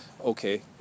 okay